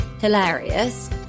hilarious